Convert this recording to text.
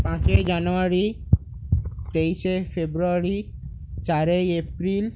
পাঁচই জানুয়ারি তেইশে ফেব্রুয়ারি চারই এপ্রিল